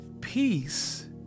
Peace